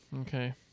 Okay